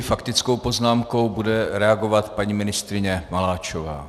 Faktickou poznámkou bude reagovat paní ministryně Maláčová.